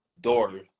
daughter